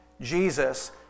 Jesus